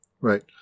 Right